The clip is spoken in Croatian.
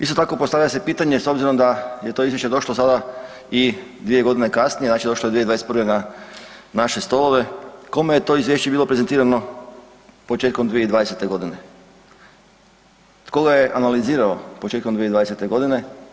Isto tako postavlja se pitanje s obzirom da je to izvješće došlo sada i 2 g. kasnije, znači došlo je 2021. na naše stolove, kome je to izvješće bilo prezentirano početkom 2020. godine? tko ga analizirao početkom 2020. godine?